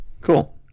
Cool